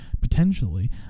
potentially